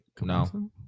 No